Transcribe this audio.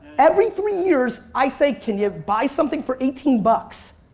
every three years i say can you buy something for eighteen bucks?